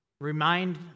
remind